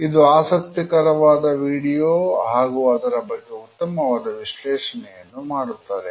ಇದು ಆಸಕ್ತಿಕರವಾದ ವಿಡಿಯೋ ಹಾಗೂ ಅದರ ಬಗ್ಗೆ ಉತ್ತಮವಾದ ವಿಶ್ಲೇಷಣೆಯನ್ನು ಮಾಡುತ್ತದೆ